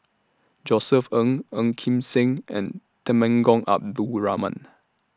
Josef Ng Ong Kim Seng and Temenggong Abdul Rahman